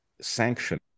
sanction